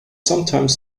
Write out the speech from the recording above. sometimes